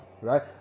Right